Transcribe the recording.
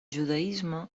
judaisme